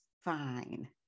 fine